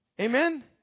Amen